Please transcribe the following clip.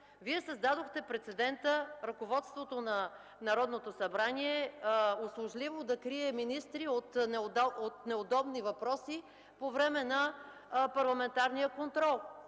Вие създадохте прецедент ръководството на Народното събрание услужливо да крие министри от неудобни въпроси по време на парламентарен контрол.